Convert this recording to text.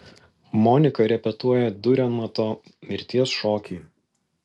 monika repetuoja diurenmato mirties šokį